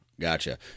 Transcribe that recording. Gotcha